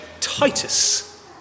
Titus